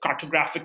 cartographic